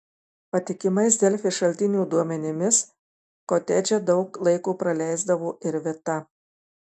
patikimais delfi šaltinių duomenimis kotedže daug laiko praleisdavo ir vita